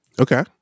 okay